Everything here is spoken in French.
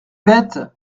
bête